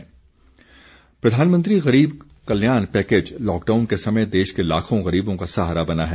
PM कल्याण योजना प्रधानमंत्री गरीब कल्याण पैकेज लॉकडाउन के समय देश के लाखों गरीबों का सहारा बना है